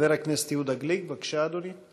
חבר הכנסת יהודה גליק, בבקשה, אדוני.